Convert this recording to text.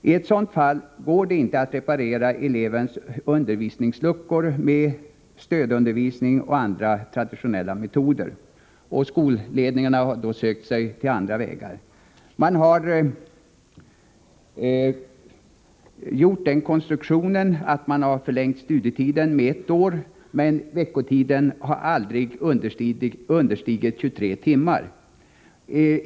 I ett sådant fall går det inte att reparera elevens undervisningsluckor med stödundervisning och andra traditionella metoder, och skolledningarna har då sökt andra vägar. Man har gjort den konstruktionen, att man förlängt studietiden med ett år, men veckotiden har aldrig understigit 23 timmar.